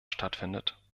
stattfindet